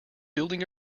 building